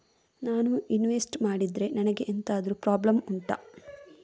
ನಾನು ಇನ್ವೆಸ್ಟ್ ಮಾಡಿದ್ರೆ ನನಗೆ ಎಂತಾದ್ರು ಪ್ರಾಬ್ಲಮ್ ಉಂಟಾ